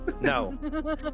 No